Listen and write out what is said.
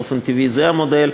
באופן טבעי זה המודל.